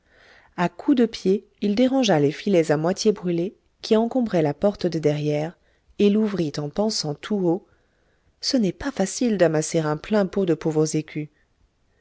a coups de pied il dérangea les filets à moitié brûlés qui encombraient la porte de derrière et l'ouvrit en pensant tout haut ce n'est pas facile d'amasser un plein pot de pauvres écus